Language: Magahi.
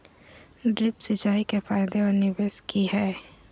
ड्रिप सिंचाई के फायदे और निवेस कि हैय?